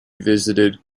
visited